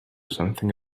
something